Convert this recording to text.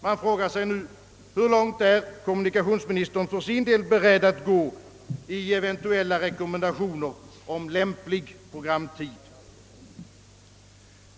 Jag frågar: Hur långt är kommunikationsministern för sin del beredd att gå i eventuella rekommendationer om lämplig Pprogramtid?